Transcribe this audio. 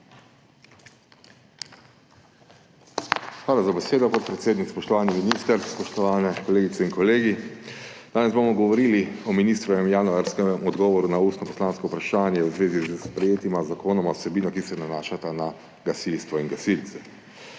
Hvala za besedo, podpredsednik. Spoštovani minister, spoštovane kolegice in kolegi! Danes bomo govorili o ministrovem januarskem odgovoru na ustno poslansko vprašanje v zvezi s sprejetima zakonoma o vsebinah, ki se nanašajo na gasilstvo in gasilce.